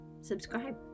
subscribe